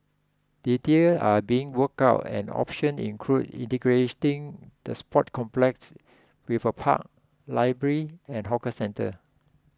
details are being worked out and options include integrating the sports complex with a park library and hawker centre